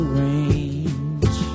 range